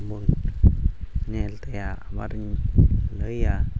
ᱟᱨ ᱵᱚᱱ ᱧᱮᱞ ᱛᱟᱭᱟ ᱟᱵᱟᱨᱤᱧ ᱞᱟᱹᱭᱟ